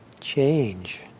change